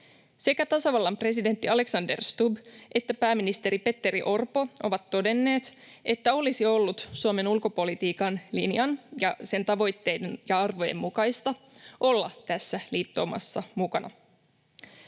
Sekä tasavallan presidentti Alexander Stubb että pääministeri Petteri Orpo ovat todenneet, että olisi ollut Suomen ulkopolitiikan linjan ja sen tavoitteiden ja arvojen mukaista olla tässä liittoumassa mukana.